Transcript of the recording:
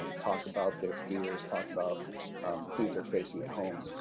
um talk about their fears, talk about the things they're facing at home.